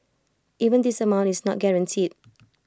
even this amount is not guaranteed